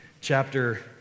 chapter